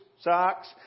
socks